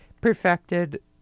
perfected